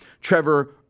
Trevor